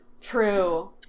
True